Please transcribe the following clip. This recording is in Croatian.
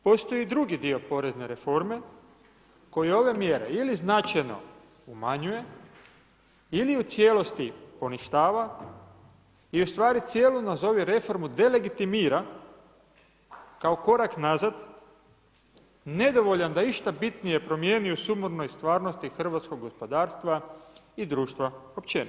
Postoji drugi dio porezne reforme koji ove mjere ili značajno umanjuje ili u cijelosti poništava i ustvari cijelu, nazovi reformu, delegitimira kao korak nazad, nedovoljan da išta bitnije promijeni u sumarnoj stvarnosti hrvatskog gospodarstva i društva općenito.